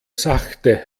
sachte